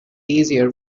easier